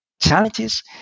challenges